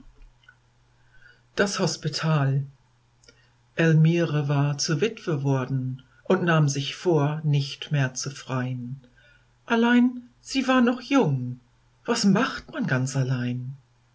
das hospital elmire war zur witwe worden und nahm sich vor nicht mehr zu frein allein sie war noch jung was macht man ganz allein